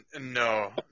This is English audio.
No